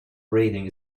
rating